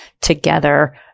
together